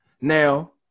Now